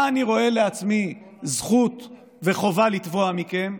"מה אני רואה לעצמי זכות וחובה לתבוע מכם?